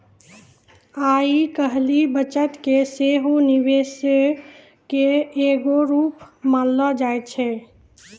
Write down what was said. आइ काल्हि बचत के सेहो निवेशे के एगो रुप मानलो जाय छै